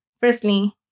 firstly